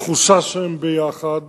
התחושה שהם ביחד